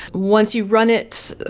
once you run it,